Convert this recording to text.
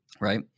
right